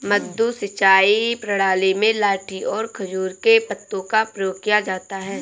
मद्दू सिंचाई प्रणाली में लाठी और खजूर के पत्तों का प्रयोग किया जाता है